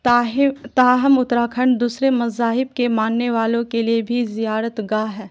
تاہی تاہم اتراکھنڈ دوسرے مذاہب کے ماننے والوں کے لیے بھی زیارت گاہ ہے